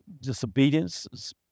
disobedience